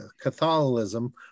Catholicism